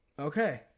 Okay